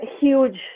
huge